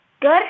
Good